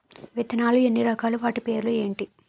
విత్తనాలు ఎన్ని రకాలు, వాటి పేర్లు ఏంటి?